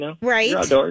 Right